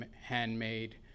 handmade